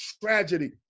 tragedy